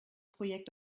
projekt